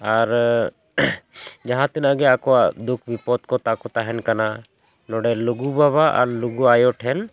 ᱟᱨ ᱡᱟᱦᱟᱸ ᱛᱤᱱᱟᱹᱜ ᱜᱮ ᱟᱠᱚᱣᱟᱜ ᱫᱩᱠ ᱵᱤᱯᱚᱫ ᱠᱚ ᱛᱟᱠᱚ ᱛᱟᱦᱮᱱ ᱠᱟᱱᱟ ᱱᱚᱰᱮ ᱞᱩᱜᱩ ᱵᱟᱵᱟ ᱟᱨ ᱞᱩᱜᱩ ᱟᱭᱳ ᱴᱷᱮᱱ